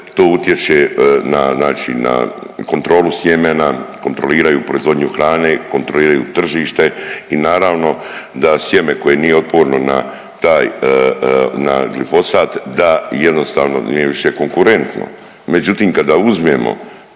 na znači, na kontrolu sjemena, kontroliraju proizvodnju hrane, kontroliraju tržište i naravno da sjeme koje nije otporno na taj, na glifosat, da jednostavno nije više konkurentno, međutim kada uzmemo